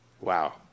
Wow